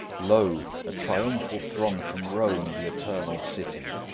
lo, a triumphal throng from rome, the eternal city!